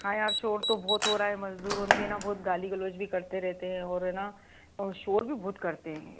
हाँ यार शोर तो बहुत हो रहा है मजदूर उनके ना बहुत गाली गलौज भी करते रहते हैं और है ना और शोर भी बहुत करते हैं ये लोग